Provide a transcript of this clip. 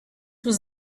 was